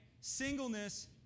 Singleness